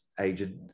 agent